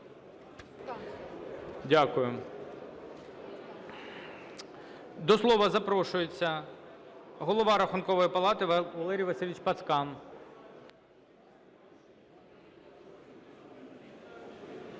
Дякую. До слова запрошується Голова Рахункової палати Валерій Васильович Пацкан.